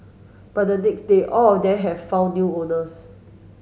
by the next day all of them have found new owners